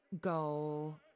go